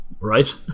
right